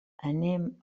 anem